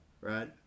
right